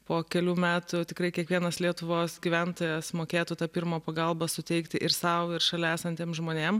po kelių metų tikrai kiekvienas lietuvos gyventojas mokėtų tą pirmą pagalbą suteikti ir sau ir šalia esantiem žmonėm